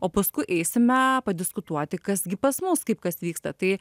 o paskui eisime padiskutuoti kas gi pas mus kaip kas vyksta tai